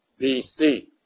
BC